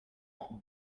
numéro